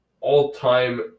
all-time